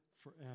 forever